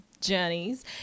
journeys